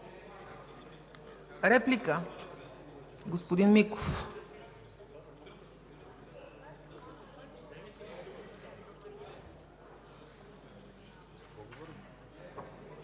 Реплика? Господин Миков.